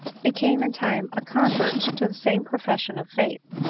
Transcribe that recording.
became in time a convert to the same profession of faith,